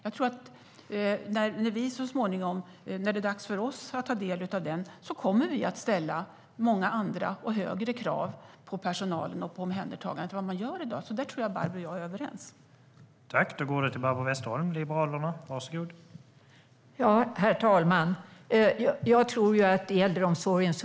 När det så småningom blir dags för oss att ta del av den kommer vi att ställa många andra och högre krav på personalen och omhändertagandet än man gör i dag. Det tror jag att Barbro och jag är överens om.